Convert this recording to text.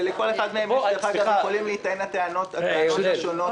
שלגבי כל אחד מהם יכולות להיטען טענות על בעיות שונות.